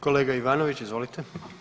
Kolega Ivanović, izvolite.